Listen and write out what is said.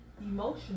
emotional